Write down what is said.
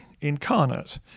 incarnate